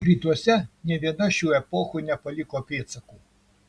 rytuose nė viena šių epochų nepaliko pėdsakų